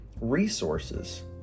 resources